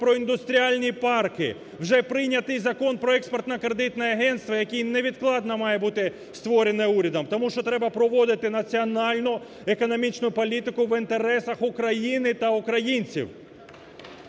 про індустріальні парки. Вже прийнятий Закон про експортно-кредитне агентство, яке невідкладно має бути створений урядом, тому що треба проводити національну економічну політику в інтересах України та українців.